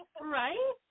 Right